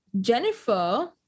Jennifer